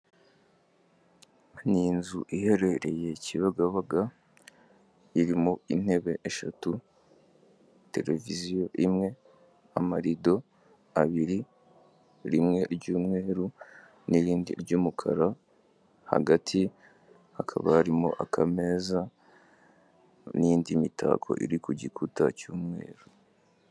Ni inzu iherereye Kibagabaga irimo intebe eshatu, televiziyo imwe, amarido abiri rimwe ry'umweru n'irindi ry'umukara, hagati hakaba harimo akameza n'indi mitako iri ku gikuta cy'umweru.